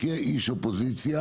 כאיש אופוזיציה